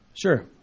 Sure